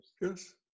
Yes